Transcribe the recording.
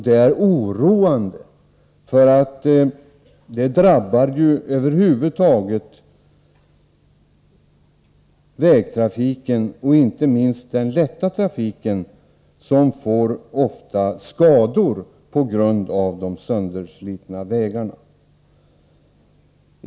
Detta är också någonting oroande, eftersom det drabbar vägtrafiken och inte minst den lätta trafiken, som ofta åsamkas skador på grund av de sönderslitna vägarna.